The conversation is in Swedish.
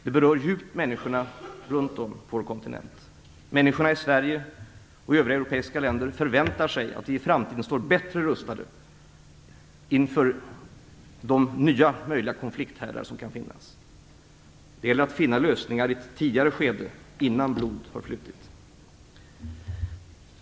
Det berör djupt människorna runt om på vår kontinent. Människorna i Sverige och övriga europeiska länder förväntar sig att vi i framtiden står bättre rustade inför de nya möjliga konflikthärdar som kan finnas. Det gäller att finna lösningar i ett tidigare skede, innan blod har flutit.